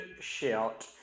shout